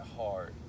hard